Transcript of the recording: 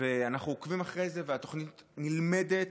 אנחנו עוקבים אחרי זה, והתוכנית נלמדת.